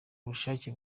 ubushake